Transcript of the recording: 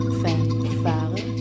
fanfare